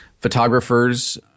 photographers